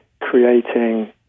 creating